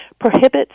prohibits